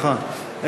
נכון.